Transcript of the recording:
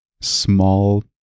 small